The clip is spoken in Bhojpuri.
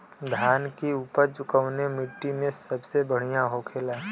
धान की उपज कवने मिट्टी में सबसे बढ़ियां होखेला?